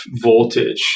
voltage